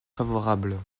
favorable